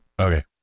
okay